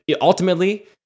ultimately